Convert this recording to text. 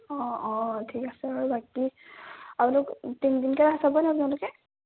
অঁ অঁ ঠিক আছে বাৰু আৰু বাকী আপোনালোক তিনি দিনকৈ ৰাস চাবনে আপোনালোকে